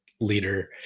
leader